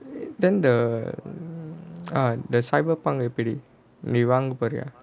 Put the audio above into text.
then the ah the cyberpunk எப்பிடி நீ வாங்க பெரிய:eppidi nee vaanga poriyaa